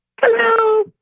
Hello